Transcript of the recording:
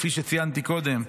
כפי שציינתי קודם,